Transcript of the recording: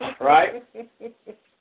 Right